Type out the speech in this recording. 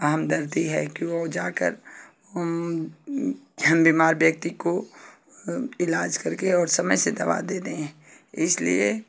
हमदर्दी है कि वो जाकर बीमार व्यक्ति को ईलाज करके और समय से दवा दे दें इसलिए